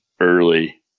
early